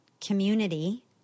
community